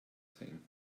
thing